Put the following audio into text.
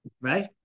right